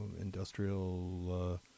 industrial